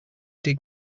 dig